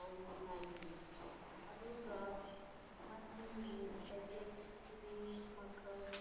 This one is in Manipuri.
ꯇꯧꯅꯤꯡꯉꯥꯏꯒꯤ ꯑꯗꯨꯒ ꯃꯁꯤꯡꯒꯤ ꯄꯤꯛꯀꯦꯠꯁ ꯈꯨꯗꯤꯡ ꯃꯈꯜ